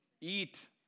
Eat